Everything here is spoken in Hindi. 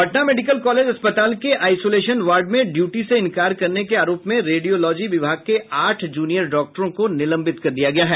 पटना मेडिकल कॉलेज अस्पताल के आइसोलेशन वार्ड में ड्यूटी से इंकार करने के आरोप में रेडियोलॉजी विभाग के आठ जूनियर डॉक्टरों को निलंबित कर दिया गया है